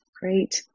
Great